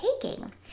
taking